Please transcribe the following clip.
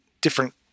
different